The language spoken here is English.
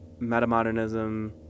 metamodernism